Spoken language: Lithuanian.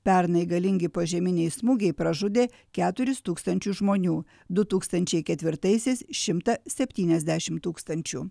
pernai galingi požeminiai smūgiai pražudė keturis tūkstančius žmonių du tūkstančiai ketvirtaisiais šimtą septyniasdešim tūkstančių